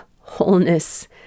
wholeness